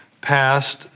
passed